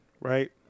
Right